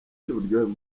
cy’uburyohe